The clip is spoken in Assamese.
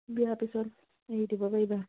বিয়া পিছত হেৰি দিব পাৰিবা